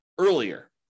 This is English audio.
earlier